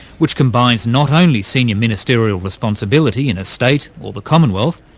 which combines not only senior ministerial responsibility in a state or the commonwealth,